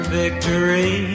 victory